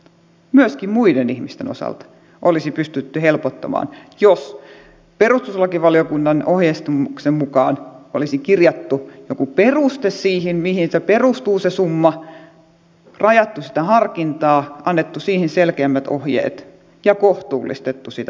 myöskin muiden ihmisten osalta olisi pystytty helpottamaan jos perustuslakivaliokunnan ohjeistuksen mukaan olisi kirjattu joku peruste siihen mihin se summa perustuu rajattu sitä harkintaa annettu siihen selkeämmät ohjeet ja kohtuullistettu sitä summaa